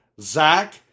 Zach